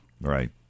Right